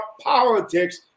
politics